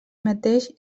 mateix